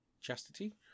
Chastity